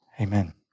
Amen